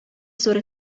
зур